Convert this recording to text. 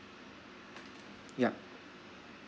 ya